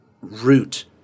root